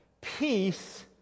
Peace